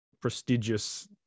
prestigious